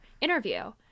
interview